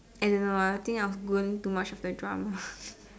I don't know ah I think I was going too much of the drama